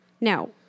Now